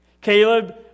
Caleb